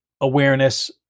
awareness